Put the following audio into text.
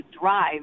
drive